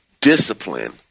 discipline